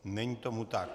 Není tomu tak.